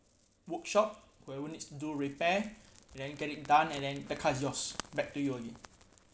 workshop where they will needs to do repair and then get it done and then the car is yours back to you again